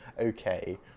okay